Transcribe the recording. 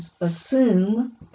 assume